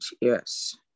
Yes